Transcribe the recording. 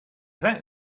fact